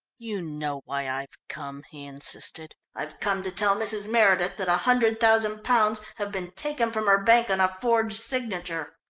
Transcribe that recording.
you know why i've come? he insisted. i've come to tell mrs. meredith that a hundred thousand pounds have been taken from her bank on a forged signature.